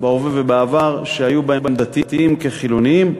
בהווה ובעבר, שהיו בהם דתיים כחילונים,